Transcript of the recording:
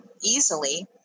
easily